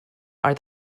are